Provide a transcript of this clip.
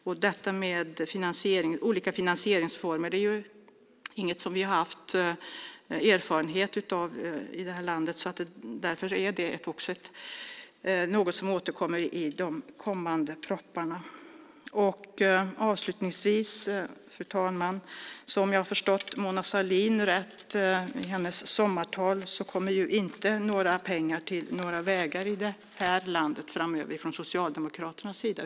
Vi har inte erfarenhet av olika finansieringsformer i det här landet. Därför är det något som återkommer i de kommande propositionerna. Fru talman! Jag vill avslutningsvis säga följande. Om jag har förstått Mona Sahlin rätt i hennes sommartal kommer det inte några pengar till vägar framöver från Socialdemokraternas sida.